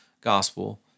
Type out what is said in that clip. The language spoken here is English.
gospel